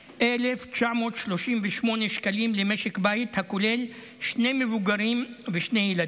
ב-12,938 שקלים למשק בית הכולל שני מבוגרים ושני ילדים.